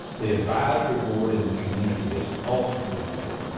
the advisory board in the community is ultimately important.